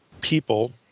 people